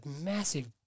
massive